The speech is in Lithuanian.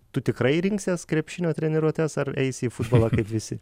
tu tikrai rinksies krepšinio treniruotes ar eisi į futbolą kaip visi